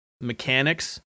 mechanics